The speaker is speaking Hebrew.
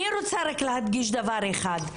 אני רוצה רק להדגיש דבר אחד.